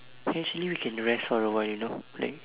actually we can rest for a while you know like